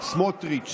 סמוֹטריץ'.